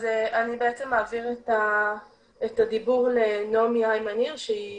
אז אני אעביר את הדיבור לנעמי הימיין רייש שהיא